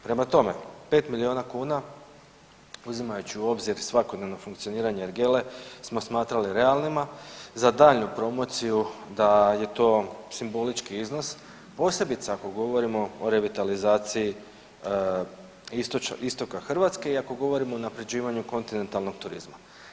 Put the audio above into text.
Prema tome, 5 miliona kuna uzimajući u obzir svakodnevno funkcioniranje ergele smo smatrali realnima za daljnju promociju da je to simbolički iznos posebice ako govorimo o revitalizaciji istoka Hrvatske i ako govorimo o unapređivanju kontinentalnog turizma.